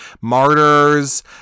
Martyrs